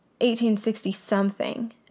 1860-something